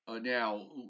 now